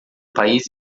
país